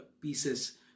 pieces